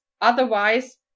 otherwise